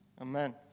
Amen